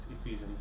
Ephesians